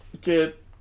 get